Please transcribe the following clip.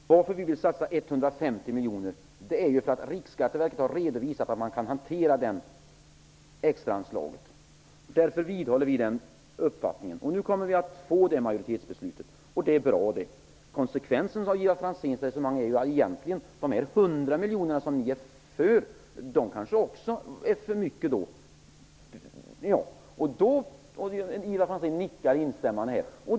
Herr talman! Varför vill vi satsa 150 miljoner? Jo, därför att Riksskatteverket har redovisat att man kan hantera det extra anslaget. Därför vidhåller vi vår uppfattning. Nu kommer vi att fatta ett majoritetsbeslut om detta, och det är bra. Konsekvenserna av Ivar Franzéns resonemang är att även de 100 miljoner som ni förespråkar kanske är för mycket. Jag ser att Ivar Franzén nickar instämmande.